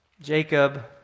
Jacob